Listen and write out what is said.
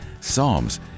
Psalms